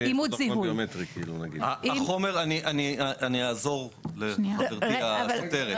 אני אעזור לחברתי השוטרת.